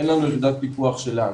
אין לנו יחידת פיקוח שלנו.